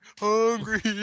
Hungry